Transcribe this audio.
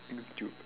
YouTube